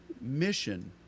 mission